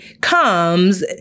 comes